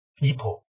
people